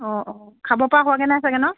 অ খাব পৰা হোৱাগৈ নাই চাগৈ ন'